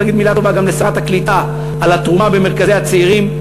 צריך להגיד מילה טובה גם לשרת הקליטה על התרומה במרכזי הצעירים,